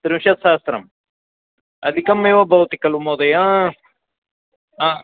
त्रिंशत्सहस्रम् अधिकमेव भवति खलु महोदय